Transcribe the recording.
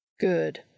Good